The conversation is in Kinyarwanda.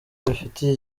bifitiye